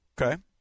Okay